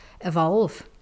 evolve